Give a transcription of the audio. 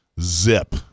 Zip